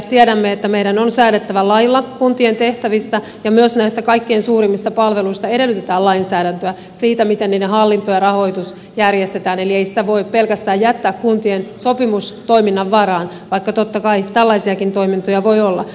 tiedämme että meidän on säädettävä lailla kuntien tehtävistä ja lainsäädäntöä edellytetään myös näistä kaikkein suurimmista palveluista siitä miten niiden hallinto ja rahoitus järjestetään eli ei sitä voi jättää pelkästään kuntien sopimustoiminnan varaan vaikka totta kai tällaisiakin toimintoja voi olla